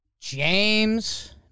James